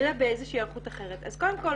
קודם כל,